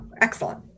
excellent